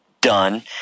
done